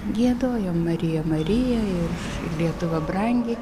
giedojom marija marija ir lietuva brangi